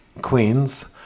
Queens